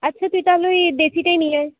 আচ্ছা তুই তাহলে ওই বেশিটাই নিয়ে আয়